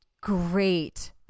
great